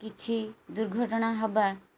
କିଛି ଦୁର୍ଘଟଣା ହେବା